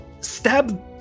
stab